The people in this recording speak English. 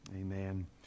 Amen